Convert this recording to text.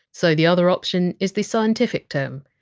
so the other option is the scientific term.